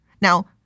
Now